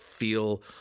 Feel